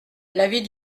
l’avis